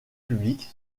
publics